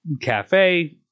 cafe